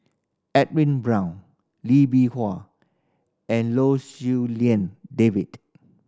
Edwin Brown Lee Bee Wah and Lou Siew Lian David